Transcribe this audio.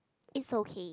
it's okay